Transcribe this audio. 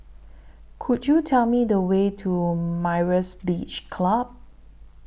Could YOU Tell Me The Way to Myra's Beach Club